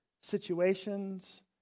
situations